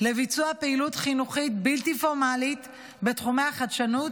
לביצוע פעילות חינוכית בלתי פורמלית בתחומי החדשנות,